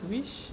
wish